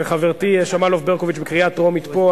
וחברתי שמאלוב-ברקוביץ בקריאה טרומית פה.